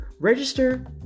Register